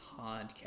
podcast